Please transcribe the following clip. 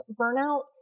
burnout